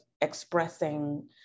expressing